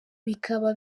bikaba